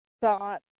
thought